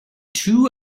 two